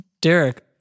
Derek